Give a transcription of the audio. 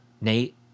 Nate